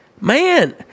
Man